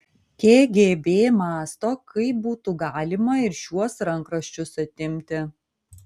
kgb mąsto kaip būtų galima ir šiuos rankraščius atimti